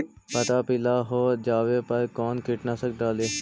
पतबा पिला हो जाबे पर कौन कीटनाशक डाली?